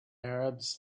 arabs